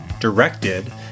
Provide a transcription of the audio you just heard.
directed